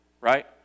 right